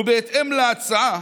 ובהתאם להצעה